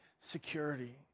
security